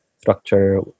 structure